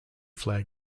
flag